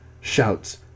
shouts